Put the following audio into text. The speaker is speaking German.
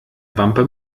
wampe